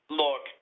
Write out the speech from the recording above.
look